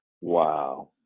Wow